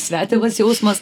svetimas jausmas